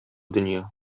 дөнья